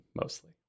mostly